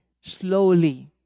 slowly